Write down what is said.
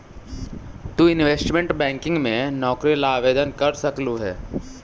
तु investment banking में नौकरी ला आवेदन कर सकलू हे